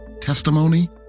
testimony